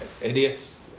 idiots